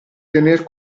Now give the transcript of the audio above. tener